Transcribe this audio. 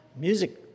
Music